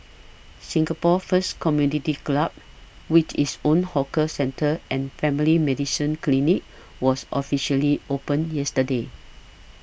Singapore's first community club with its own hawker centre and family medicine clinic was officially opened yesterday